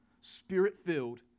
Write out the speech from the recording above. spirit-filled